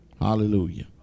Hallelujah